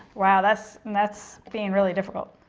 wow that's that's being really difficult.